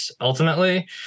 ultimately